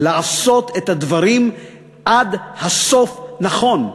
לעשות את הדברים עד הסוף נכון.